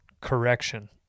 correction